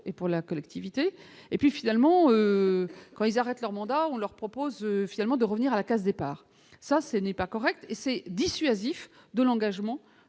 et pour la collectivité et puis finalement quand ils arrêtent leur mandat, on leur propose finalement de revenir à la case départ, ça ce n'est pas correct et c'est dissuasif de l'engagement